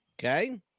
Okay